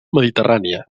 mediterrània